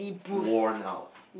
warn out